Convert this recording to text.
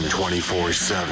24-7